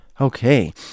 Okay